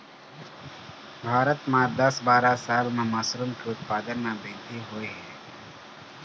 भारत म दस बारा साल म मसरूम के उत्पादन म बृद्धि होय हे